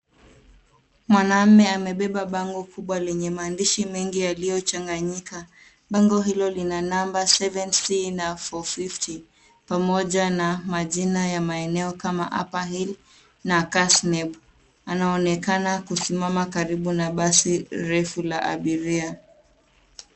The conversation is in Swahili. Mwanamme amebeba bango kubwa lenye maandishi mengi yaliyochanganyika. Bango hilo lina namba 7C na 450 pamoja na majina ya maeneo kama Upper Hill na Kasneb. Anaonekana kusimama karibu na basi refu la abiria.